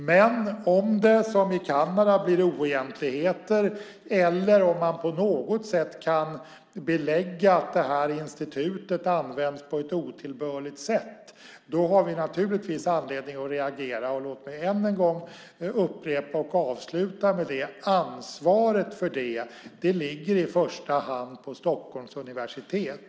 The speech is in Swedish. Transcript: Men om det, som i Kanada, blir oegentligheter eller om man på något sätt kan belägga att institutet används på ett otillbörligt sätt har vi naturligtvis anledning att reagera. Låt mig upprepa att ansvaret för det i första hand ligger på Stockholms universitet.